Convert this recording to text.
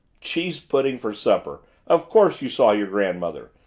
cheese-pudding for supper of course you saw your grandmother!